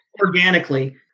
organically